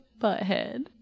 butthead